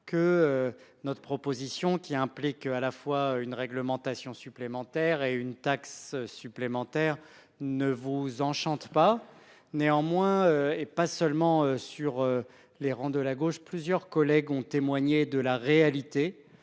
que. Notre proposition qui implique à la fois une réglementation supplémentaire et une taxe supplémentaire ne vous enchante pas néanmoins, et pas seulement sur les rangs de la gauche, plusieurs collègues ont témoigné de la réalité